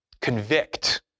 convict